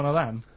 ah them,